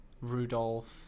Rudolph